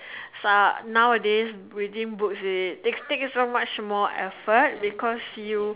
now nowadays reading books take so much effort because you